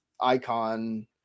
icon